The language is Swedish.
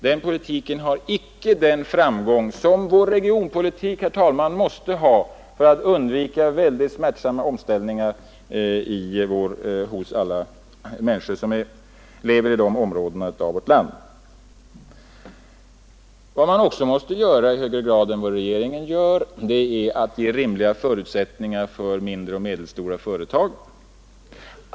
Den politiken har inte den framgång som vår regionpolitik måste ha, herr talman, för att vi skall kunna undvika mycket smärtsamma omställningar för alla de människor som lever i de områdena av vårt land. Vad man också måste göra i högre grad än regeringen gör är att ge rimliga förutsättningar för mindre och medelstora företag.